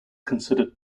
considered